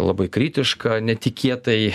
labai kritiška netikėtai